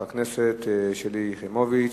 של חברת הכנסת שלי יחימוביץ.